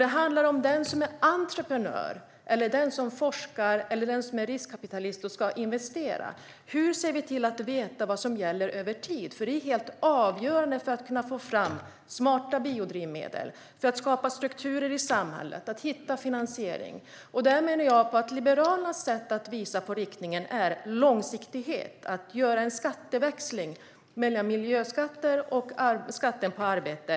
Det handlar också om den som är entreprenör, den som forskar eller den som är riskkapitalist och ska investera. Hur ser vi till att de ska veta vad som gäller över tid. Det är helt avgörande för att man ska få fram smarta biodrivmedel, för att skapa strukturer i samhället och för att hitta finansiering. Där menar jag att Liberalernas sätt att visa riktningen är långsiktighet och att göra en skatteväxling mellan miljöskatter och skatten på arbete.